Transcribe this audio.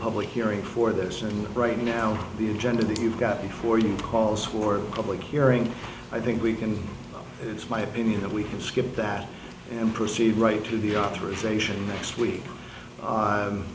public hearings for this and right now the agenda that you've got before you calls for public hearings i think we can it's my opinion that we can skip that and proceed right to the authorization next week